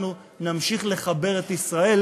אנחנו נמשיך לחבר את ישראל